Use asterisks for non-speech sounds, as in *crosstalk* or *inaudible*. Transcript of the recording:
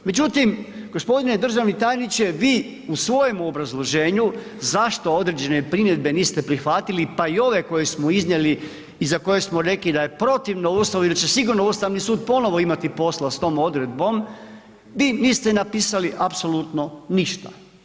Međutim, gospodine državni tajniče, vi u svojemu obrazloženju zašto određene primjedbe niste prihvatili pa i ove koje smo iznijeli i za ove koje smo rekli da je protivno Ustavu ... *unintelligible* da će sigurno Ustavni sud ponovno imati posla sa tom odredbom, vi niste napisali apsolutno ništa.